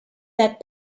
that